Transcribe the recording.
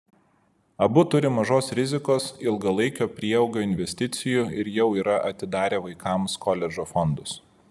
abu turi mažos rizikos ilgalaikio prieaugio investicijų ir jau yra atidarę vaikams koledžo fondus